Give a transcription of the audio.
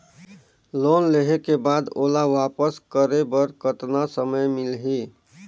Loan लेहे के बाद ओला वापस करे बर कतना समय मिलही?